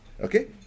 Okay